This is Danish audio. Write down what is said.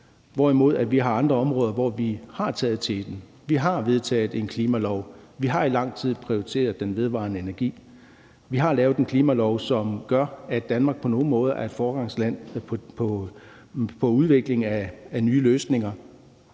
hvorimod vi har andre områder, hvor vi har taget teten. Vi har vedtaget en klimalov. Vi har i lang tid prioriteret den vedvarende energi. Vi har lavet en klimalov, som gør, at Danmark på nogle måder er et foregangsland inden for udvikling af nye løsninger.